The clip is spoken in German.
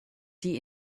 die